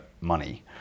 money